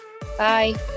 Bye